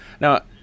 Now